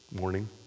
morning